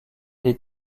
des